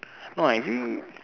no actually